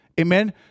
amen